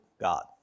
God